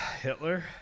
Hitler